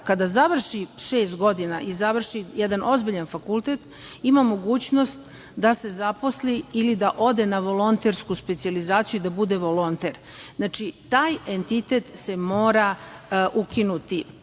kada završi šest godina i završi jedan ozbiljan fakultet ima mogućnost da se zaposli ili da ode na volontersku specijalizaciju i da bude volonter. Znači, taj entitet se mora ukinuti.